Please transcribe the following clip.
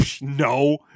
No